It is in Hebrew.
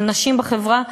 קולות של נשים בחברה,